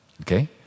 Okay